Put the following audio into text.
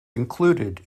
included